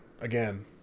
again